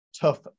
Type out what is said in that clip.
tough